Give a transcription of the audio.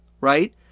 right